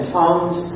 tongues